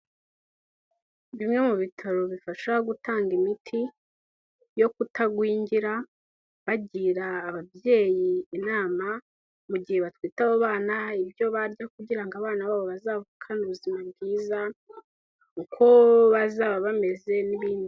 Bimwe mu bitaro bibafasha gutanga imiti yo kutagwingira, bagira ababyeyi inama mu gihe batwite abo bana ibyo barya kugira ngo abana babo bazavukane ubuzima bwiza, uko bazaba bameze n'ibindi.